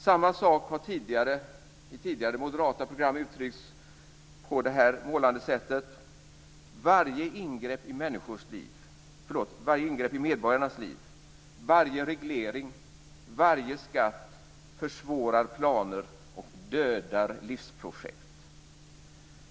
Samma sak har i tidigare moderata program uttryckts på det här målande sättet: Varje ingrepp i medborgarnas liv, varje reglering, varje skatt försvårar planer och dödar livsprojekt.